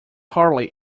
hardly